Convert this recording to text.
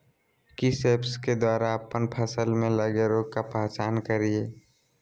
किस ऐप्स के द्वारा अप्पन फसल में लगे रोग का पहचान करिय?